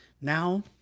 Now